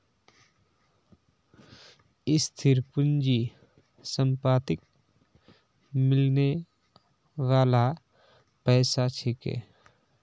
स्थिर पूंजी संपत्तिक मिलने बाला पैसा छिके